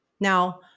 Now